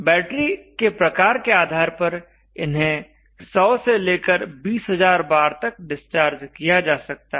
battery के प्रकार के आधार पर इन्हें 100 से लेकर 20000 बार तक डिस्चार्ज किया जा सकता है